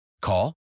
Call